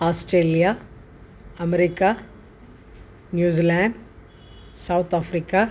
Australia America New Zealand South Africa